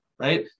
Right